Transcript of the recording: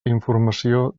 informació